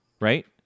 right